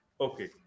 Okay